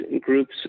groups